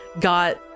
got